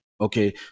Okay